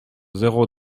zéro